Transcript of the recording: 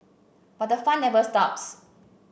but the fun never stops